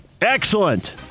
Excellent